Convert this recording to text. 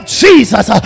jesus